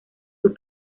sus